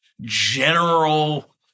general